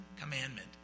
commandment